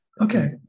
Okay